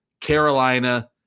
Carolina